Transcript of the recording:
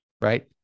right